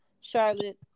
Charlotte